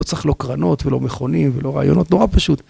לא צריך לא קרנות, ולא מכונים, ולא רעיונות, נורא פשוט.